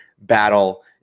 battle